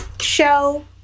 show